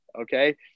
okay